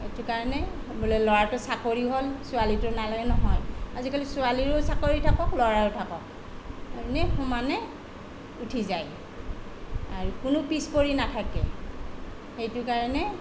এইটো কাৰণে বোলে ল'ৰাটোৰ চাকৰি হ'ল ছোৱালীটোৰ নালাগে নহয় আজিকালি ছোৱালীৰো চাকৰি থাকক ল'ৰাৰো থাকক এনে সমানে উঠি যায় আৰু কোনো পিছ পৰি নাথাকে সেইটো কাৰণে